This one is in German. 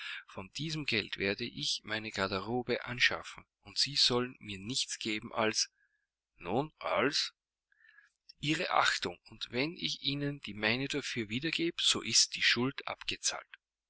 von diesem gelde werde ich meine garderobe anschaffen und sie sollen mir nichts geben als nun als ihre achtung und wenn ich ihnen die meine dafür wiedergebe so ist die schuld